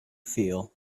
feel